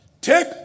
take